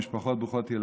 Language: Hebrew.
למשפחות ברוכות ילדים.